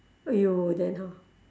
!aiyo! then how